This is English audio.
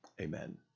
Amen